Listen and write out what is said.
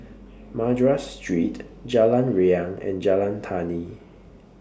Madras Street Jalan Riang and Jalan Tani